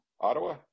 Ottawa